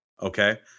okay